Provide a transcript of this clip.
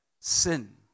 Sin